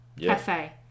cafe